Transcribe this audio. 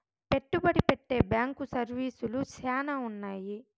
పెట్టుబడి పెట్టే బ్యాంకు సర్వీసులు శ్యానా ఉన్నాయి